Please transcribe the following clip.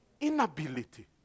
inability